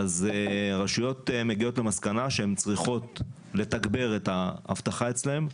רשויות מגיעות למסקנה שהן צריכות לתגבר את האבטחה אצלן,